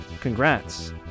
congrats